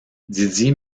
didier